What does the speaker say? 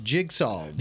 Jigsaw